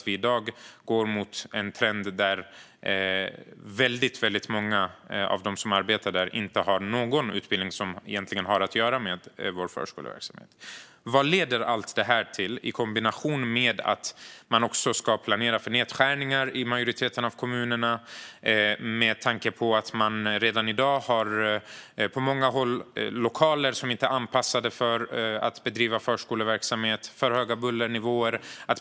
I dag är trenden att väldigt många av dem som arbetar där egentligen inte har någon utbildning som har att göra med vår förskoleverksamhet. I kombination med detta ska man också planera för nedskärningar i majoriteten av kommunerna. Redan i dag har man på många håll lokaler som inte är anpassade för förskoleverksamhet. Det är för höga bullernivåer.